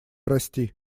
расти